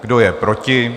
Kdo je proti?